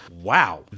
wow